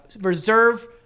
Reserve